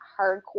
hardcore